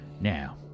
Now